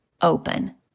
open